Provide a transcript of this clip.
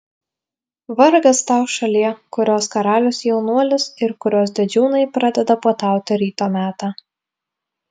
vargas tau šalie kurios karalius jaunuolis ir kurios didžiūnai pradeda puotauti ryto metą